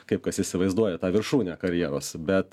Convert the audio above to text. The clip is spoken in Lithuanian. kaip kas įsivaizduoja tą viršūnę karjeros bet